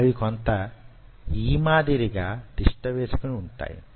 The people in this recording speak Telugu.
అవి కొంత యీమాదిరిగా తిష్ట వేసుకుని వుంటాయి